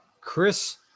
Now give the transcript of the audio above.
Chris